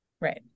Right